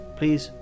please